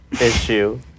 issue